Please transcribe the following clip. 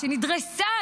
שנדרסה?